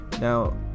now